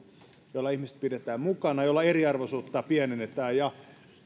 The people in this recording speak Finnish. joilla ihmiset pidetään mukana ja joilla eriarvoisuutta pienennetään ja